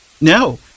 No